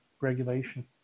regulation